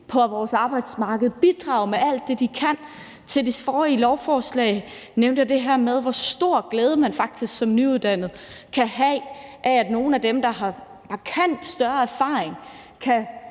på vores arbejdsmarked og bidrage med alt det, de kan. Undet det forrige lovforslag nævnte jeg det her med, hvor stor glæde man som nyuddannet faktisk kan have af, at nogle af dem, der har markant større erfaring, kan